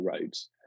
roads